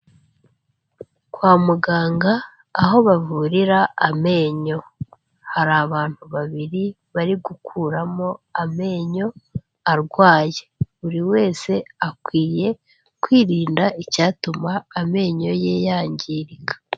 Kwa muganga aho bavurira amenyo hari abantu babiri bari gukuramo amenyo arwaye, buri wese akwiye kwirinda icyatuma amenyo ye yangirika.